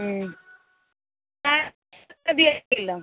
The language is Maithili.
हूँ दै दिऔ एक किलो